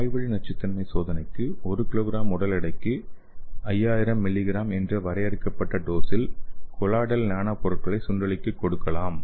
வாய்வழி நச்சுத்தன்மை சோதனைக்கு ஒரு கிலோகிராம் உடல் எடைக்கு 5000 மில்லிகிராம் என்ற வரையறுக்கப்பட்ட டோஸில் கொலாய்டல் நானோ பொருட்களை சுண்டெலிக்கு கொடுக்கலாம்